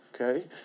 Okay